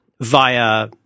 via –